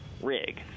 RIG